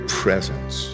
presence